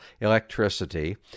electricity